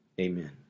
Amen